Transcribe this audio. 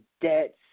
debts